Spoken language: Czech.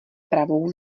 pravou